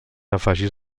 afegir